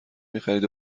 میخرید